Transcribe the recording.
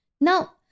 Now